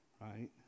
right